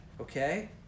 okay